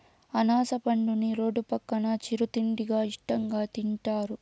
అనాస పండుని రోడ్డు పక్కన చిరు తిండిగా ఇష్టంగా తింటారు